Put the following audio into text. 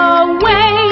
away